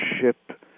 ship